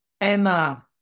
Emma